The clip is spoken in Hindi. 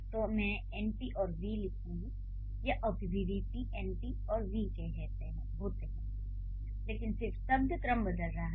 तो मैं एनपी और वी लिखूंगा यह अभी भी वीपी एनपी और वी के होते हैं लेकिन सिर्फ शब्द क्रम बदल रहा है